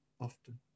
often